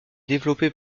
développé